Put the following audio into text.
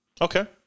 Okay